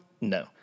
no